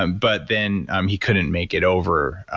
um but then um he couldn't make it over.